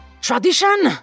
Tradition